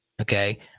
okay